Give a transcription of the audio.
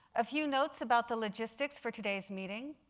a few notes about the logistics for today's meeting.